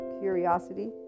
curiosity